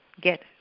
get